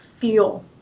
feel